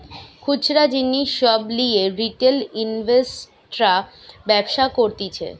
খুচরা জিনিস সব লিয়ে রিটেল ইনভেস্টর্সরা ব্যবসা করতিছে